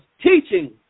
teaching